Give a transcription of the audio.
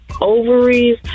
ovaries